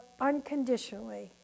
unconditionally